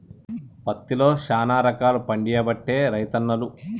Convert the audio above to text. పత్తిలో శానా రకాలు పండియబట్టే రైతన్నలు